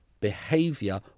behavior